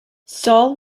saul